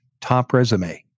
topresume